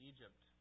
Egypt